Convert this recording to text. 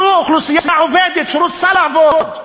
זאת אוכלוסייה עובדת שרוצה לעבוד.